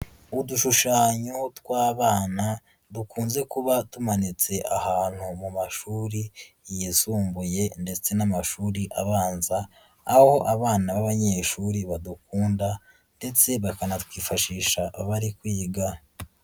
Udushushanyo tw'abana dukunze kuba tumanitse ahantu mu mashuri yisumbuye ndetse n'amashuri abanza, aho abana b'abanyeshuri badukunda ndetse bakanatwifashisha abari kwiga.